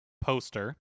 poster